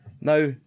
now